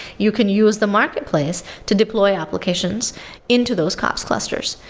you can use the marketplace to deploy applications into those cups clusters.